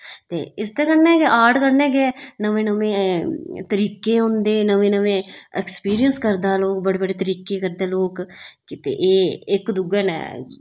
ते इस दे कन्नै गै आर्ट कन्नै गै नमें नमें तरीके होंदे न नमें नमें ऐक्सपिरियंस करदे लोग तरीके करदे लोग कि ते इक दूए नै